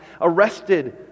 arrested